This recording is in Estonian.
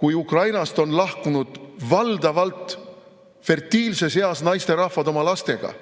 kui Ukrainast on lahkunud valdavalt fertiilses eas naisterahvad oma lastega,